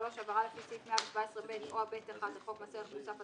(3) עבירה לפי סעיף 117(ב) או (ב1) לחוק מס ערך מוסף,